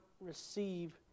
receive